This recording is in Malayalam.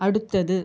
അടുത്തത്